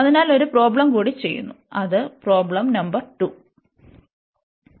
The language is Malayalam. അതിനാൽ ഒരു പ്രോബ്ലംകൂടി ചെയ്യുന്നു അത് പ്രോബ്ലം നമ്പർ 2